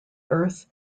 earth